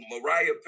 Mariah